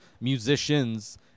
musicians